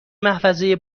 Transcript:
محفظه